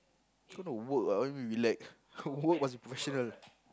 gonna work lah what you mean relax work must be professional